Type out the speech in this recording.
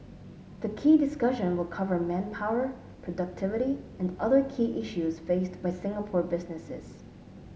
the key discussion will cover manpower productivity and other key issues faced by Singapore businesses